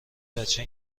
بچه